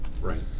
Right